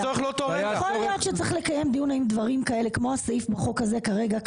יכול להיות שצריך לקיים דיון על דברים כאלה כמו הסעיף בחוק הזה כרגע.